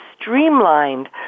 streamlined